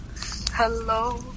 Hello